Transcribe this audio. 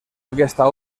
aquesta